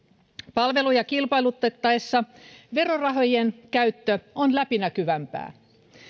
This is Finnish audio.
palveluja kilpailutettaessa verorahojen käyttö on läpinäkyvämpää